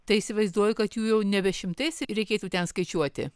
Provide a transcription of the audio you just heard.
tai įsivaizduoju kad jų jau nebe šimtais reikėtų ten skaičiuoti